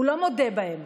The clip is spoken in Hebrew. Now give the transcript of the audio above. הוא לא מודה בהם.